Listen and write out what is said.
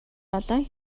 олон